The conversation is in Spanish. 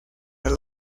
las